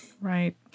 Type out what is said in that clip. Right